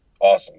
awesome